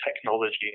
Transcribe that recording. technology